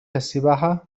السباحة